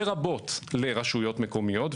לרבות לרשויות מקומיות,